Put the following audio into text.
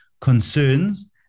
concerns